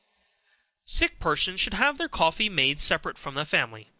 sick persons should have their coffee made separate from the family,